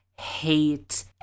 hate